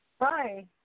Hi